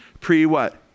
pre-what